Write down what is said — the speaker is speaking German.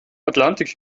atlantik